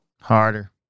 Harder